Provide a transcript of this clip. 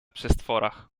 przestworach